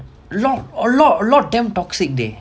lot a lot lot damn toxic there